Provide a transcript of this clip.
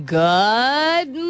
good